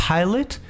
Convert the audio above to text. Pilot